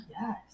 Yes